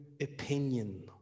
opinion